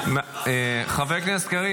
אמסלם --- כי שמעתי את השר אמסלם --- חבר הכנסת קריב,